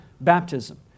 baptism